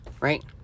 right